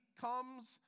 comes